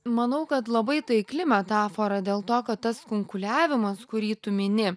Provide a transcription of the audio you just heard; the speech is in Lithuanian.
manau kad labai taikli metafora dėl to kad tas kunkuliavimas kurį tu mini